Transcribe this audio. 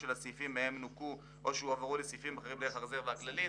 של הסעיפים שמהם הן נוכו או שהועברו לסעיפים אחרים דרך הרזרבה הכללית.